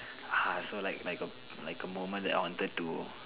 ha so like like like a moment that I wanted to